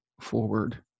forward